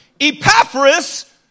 Epaphras